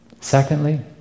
Secondly